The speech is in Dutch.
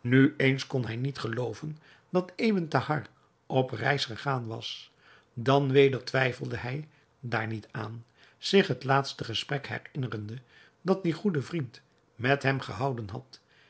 nu eens kon hij niet gelooven dat ebn thahar op reis gegaan was dan weder twijfelde hij daar niet aan zich het laatste gesprek herinnerende dat die goede vriend met hem gehouden had